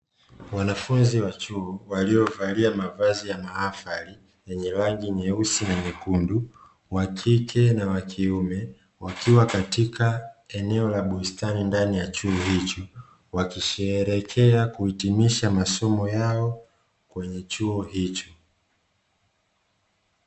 Wanafunzi wa chuo wa waliovalia mavazi ya mahafali yenye rangi nyeusi na nyekundu, wakike na wakiume wakiwa katika eneo la bustani ndani ya chuo hicho wakisherekea kumaliza masomo yao kwenye chuo hicho.